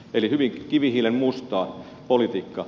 eli hyvin kivihiilenmustaa politiikkaa